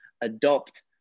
adopt